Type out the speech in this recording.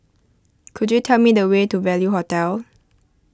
could you tell me the way to Value Hotel